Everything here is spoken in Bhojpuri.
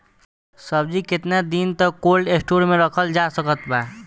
सब्जी केतना दिन तक कोल्ड स्टोर मे रखल जा सकत बा?